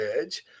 edge